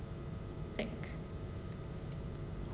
like